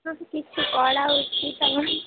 আমি কিচ্ছু করা উচিত আমাদের